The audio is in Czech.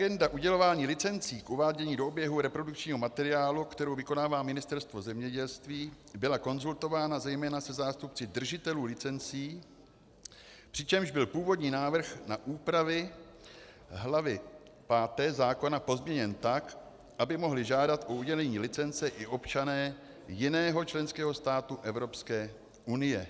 Agenda udělování licencí k uvádění do oběhu reprodukčního materiálu, kterou vykonává Ministerstvo zemědělství, byla konzultována zejména se zástupci držitelů licencí, přičemž byl původní návrh na úpravy hlavy páté zákona pozměněn tak, aby mohli žádat o udělení licence i občané jiného členského státu Evropské unie.